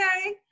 Okay